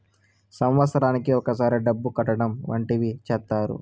సంవత్సరానికి ఒకసారి డబ్బు కట్టడం వంటివి చేత్తారు